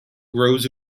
grows